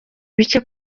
bike